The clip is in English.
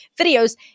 videos